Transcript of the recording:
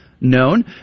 known